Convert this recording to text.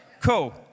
Cool